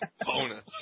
Bonus